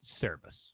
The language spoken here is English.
service